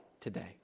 today